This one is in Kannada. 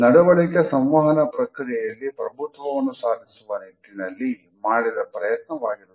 ನಡವಳಿಕೆ ಸಂವಹನ ಪ್ರಕ್ರಿಯೆಯಲ್ಲಿ ಪ್ರಭುತ್ವವನ್ನು ಸಾಧಿಸುವ ನಿಟ್ಟಿನಲ್ಲಿ ಮಾಡಿದ ಪ್ರಯತ್ನ ವಾಗಿರುತ್ತದೆ